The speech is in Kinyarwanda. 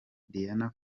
diana